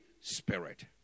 Spirit